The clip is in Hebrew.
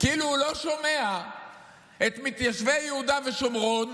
כאילו הוא לא שומע את מתיישבי יהודה ושומרון,